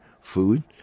food